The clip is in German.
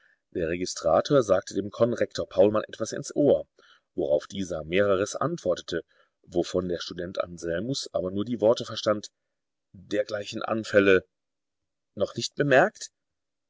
der registrator sagte dem konrektor paulmann etwas ins ohr worauf dieser mehreres antwortete wovon der student anselmus aber nur die worte verstand dergleichen anfälle noch nicht bemerkt